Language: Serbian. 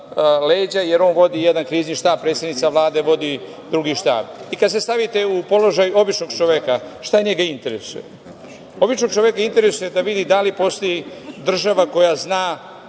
leđa, jer on vodi jedan krizni štab, a predsednica Vlade vodi drugi štab. Kada se stavite u položaj običnog čoveka, šta njega interesuje? Običnog čoveka interesuje da vidi da li postoji država koja zna